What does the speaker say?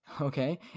Okay